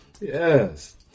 Yes